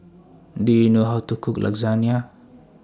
Do YOU know How to Cook Lasagna